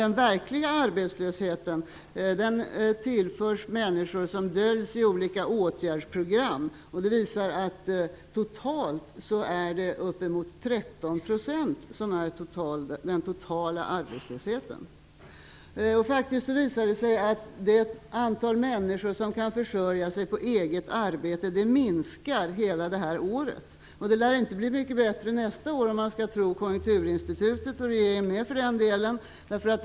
Den verkliga arbetslösheten drabbar människor som döljs i olika åtgärdsprogram. Det gör att den totala arbetslösheten i dag uppgår till uppemot 13 %. Det har visat sig att antalet människor som kan försörja sig på eget arbete minskar under hela detta år. Och det lär inte bli mycket bättre nästa år om man skall tro på Konjunkturinstitutet, och för den delen också regeringen.